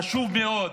חשוב מאוד